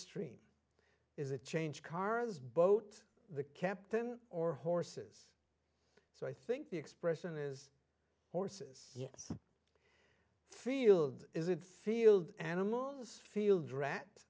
stream is a change cars boat the captain or horses so i think the expression is horses yes field is it field animals field rat